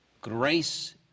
grace